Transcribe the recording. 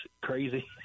crazy